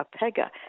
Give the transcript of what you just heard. Apega